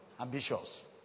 ambitious